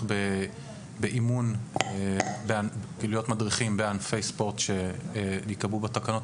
להיות מדריכים בענפי ספורט שייקבעו בתקנות.